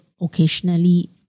occasionally